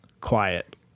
quiet